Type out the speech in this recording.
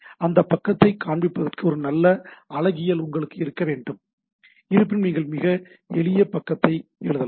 அந்தப் பக்கத்தைக் காண்பிப்பதற்கான ஒரு நல்ல அழகியல் உங்களுக்கு இருக்க வேண்டும் இருப்பினும் நீங்கள் மிக எளிய பக்கத்தை எழுதலாம்